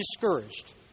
discouraged